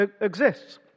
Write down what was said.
exists